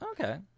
Okay